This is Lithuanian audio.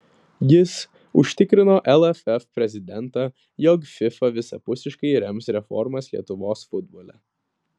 jis užtikrino lff prezidentą jog fifa visapusiškai rems reformas lietuvos futbole